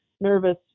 nervous